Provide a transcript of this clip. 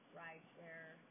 rideshare